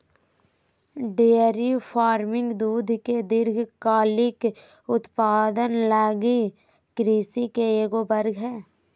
dairy farming दूध के दीर्घकालिक उत्पादन लगी कृषि के एगो वर्ग हइ